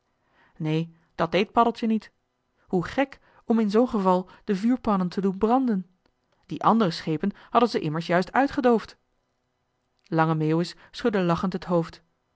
neen dat deed paddeltje niet hoe gek om in zoo'n geval de vuurpannen te doen branden die andere schepen hadden ze immers juist uitgedoofd lange meeuwis schudde lachend het hoofd